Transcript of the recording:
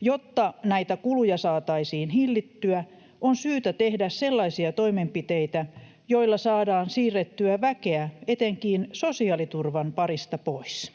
Jotta näitä kuluja saataisiin hillittyä, on syytä tehdä sellaisia toimenpiteitä, joilla saadaan siirrettyä väkeä etenkin sosiaaliturvan parista pois.